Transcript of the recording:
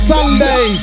Sunday